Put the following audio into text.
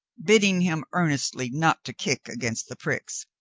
bidding him earnestly not to kick against the pricks.